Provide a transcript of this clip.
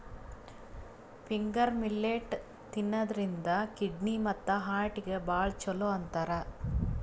finger millet ತಿನ್ನದ್ರಿನ್ದ kidney ಮತ್ತ್ ಹಾರ್ಟಿಗ್ ಭಾಳ್ ಛಲೋ ಅಂತಾರ್